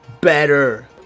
better